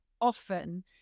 often